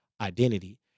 identity